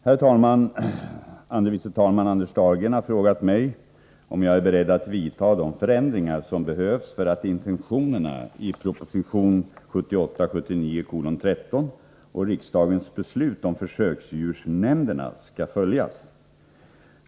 Herr talman! Andre vice talman Anders Dahlgren har frågat mig om jag är beredd att vidtaga de förändringar som behövs för att intentionerna i proposition 1978/79:13 och riksdagens beslut om försöksdjursnämnderna skall följas.